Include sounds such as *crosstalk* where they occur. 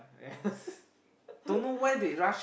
yeah *laughs*